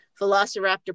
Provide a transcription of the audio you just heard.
Velociraptor